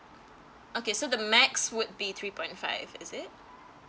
okay so the max would be three point five is it